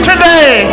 Today